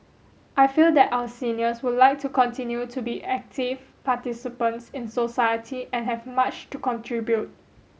I feel that our seniors would like to continue to be active participants in society and have much to contribute